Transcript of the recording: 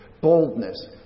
Boldness